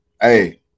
Hey